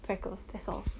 freckles that's all